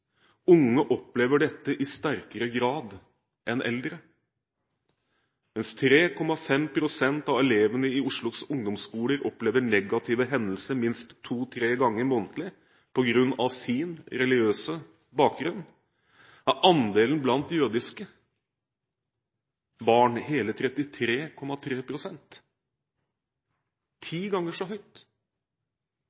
Unge opplever dette i sterkere grad enn eldre. Mens 3,5 pst. av elevene i Oslos ungdomsskoler opplever negative hendelser minst to–tre ganger månedlig på grunn av sin religiøse bakgrunn, er andelen blant jødiske barn hele